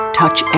touch